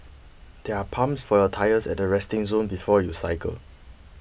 there are pumps for your tyres at the resting zone before you cycle